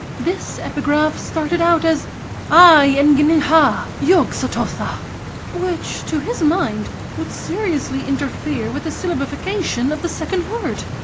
this epigraph started out as aye, engengah, and yogge-sothotha which to his mind would seriously interfere with the syllabification of the second word.